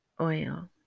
oil